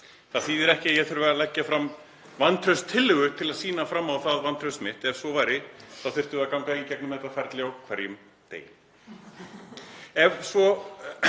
Það þýðir ekki að ég þurfi að leggja fram vantrauststillögu til að sýna fram á það vantraust mitt. Ef svo væri, þá þyrftum við að ganga í gegnum þetta ferli á hverjum degi enda